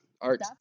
art